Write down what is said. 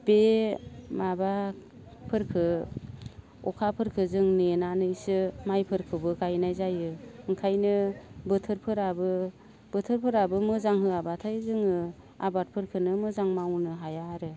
बे माबाफोरखो अखाफोरखो जों नेनानैसो माइफोरखोबो गायनाय जायो ओंखायनो बोथोरफोराबो बोथोरफोराबो मोजां होआब्लाथाय जोङो आबादफोरखोनो मोजां मावनो हाया आरो